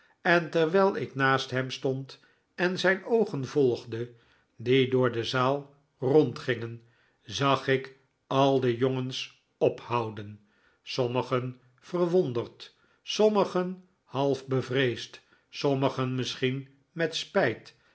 en terwijl ik naast hem stond en zijn oogen volgde die door de zaal rondgingen zag ik al de jongens ophouden sommigen verwonderd sommigen half bevreesd sommigen misschien met spijt